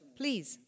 please